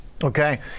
Okay